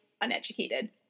uneducated